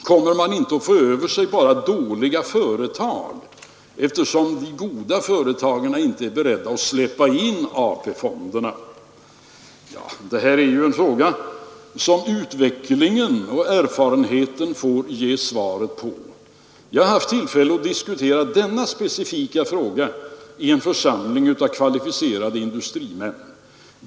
Kommer man inte bara att få över sig dåliga företag eftersom de goda företagen inte är beredda att släppa in AP-fonderna? Det är en fråga som utvecklingen och erfarenheten får ge svaret på. Jag har haft tillfälle att diskutera detta i en församling av kvalificerade industrimän.